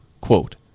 Quote